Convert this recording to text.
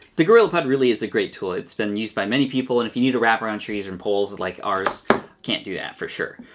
the gorillapod really is a great tool, it's been used by many people and if you need to wrap around trees and poles, like ours can't do that for sure.